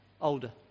older